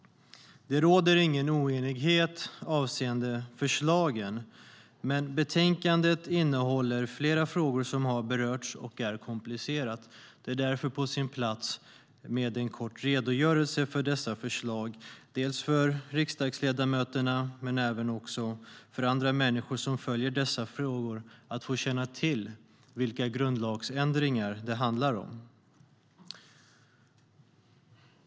Det råder ingen oenighet avseende förslagen, men betänkandet innehåller flera frågor som har berörts och som är komplicerade. Det är därför på sin plats med en kort redogörelse för dessa förslag, dels för riksdagsledamöterna, dels för andra människor som följer dessa frågor, så att de känner till vilka grundlagsändringar det handlar om.